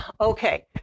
Okay